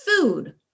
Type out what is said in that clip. food